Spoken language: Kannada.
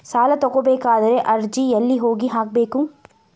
ಸಾಲ ತಗೋಬೇಕಾದ್ರೆ ಅರ್ಜಿ ಎಲ್ಲಿ ಹೋಗಿ ಹಾಕಬೇಕು?